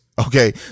Okay